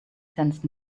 sensed